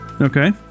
Okay